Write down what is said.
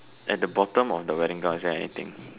at the bottom of the wedding gown is there anything